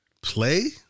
Play